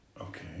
Okay